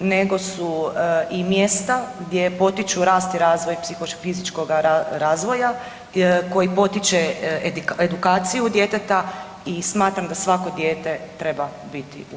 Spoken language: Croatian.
nego su i mjesta gdje potiču rast i razvoj psihofizičkoga razvoja koji potiče edukaciju djeteta i smatram da svako dijete treba biti u